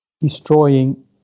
destroying